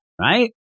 right